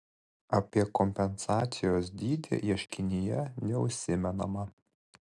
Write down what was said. apie kompensacijos dydį ieškinyje neužsimenama